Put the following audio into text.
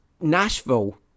Nashville